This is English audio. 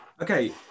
Okay